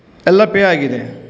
ಎಲ್ಲ ಪೇ ಆಗಿದೆ